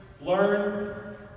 learn